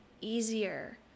easier